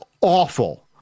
awful